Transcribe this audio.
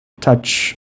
touch